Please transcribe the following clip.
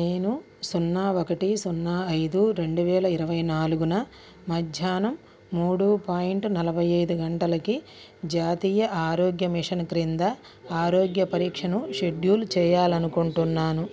నేను సున్నా ఒకటి సున్నా ఐదు రెండువేల ఇరవై నాలుగున మధ్యానం మూడు పాయింట్ నలభై ఐదు గంటలకి జాతీయ ఆరోగ్య మిషన్ క్రింద ఆరోగ్య పరీక్షను షెడ్యూల్ చేయాలనుకుంటున్నాను